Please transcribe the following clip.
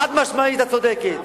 חד-משמעית, את צודקת.